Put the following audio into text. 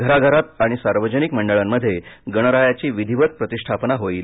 घराघरात आणि सार्वजनिक मंडळांमध्ये गणरायाची विधिवत प्रतिष्ठापना होईल